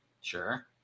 Sure